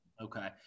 Okay